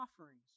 offerings